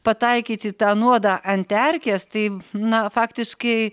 pataikyti į tą nuodą ant erkės tai na faktiškai